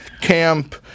camp